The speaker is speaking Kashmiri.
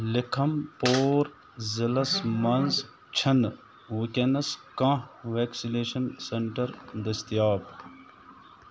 لِکھَن پوٗر ضلعس مَنٛز چھَنہٕ وٕنۍکٮ۪نَس کانٛہہ وٮ۪کسِنیشَن سٮ۪نٛٹَر دٔستِیاب